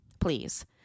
Please